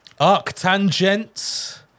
Arctangent